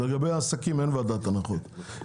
לגבי העסקים אין ועדת הנחות.